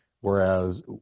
whereas